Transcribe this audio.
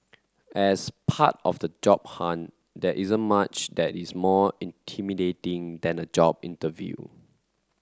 as part of the job hunt there isn't much that is more intimidating than a job interview